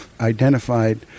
identified